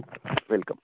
welcome